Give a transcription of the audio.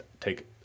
take